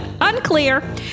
unclear